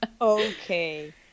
Okay